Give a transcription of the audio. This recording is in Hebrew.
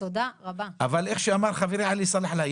אבל כמו שאמר חברי עלי סלאלחה,